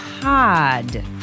pod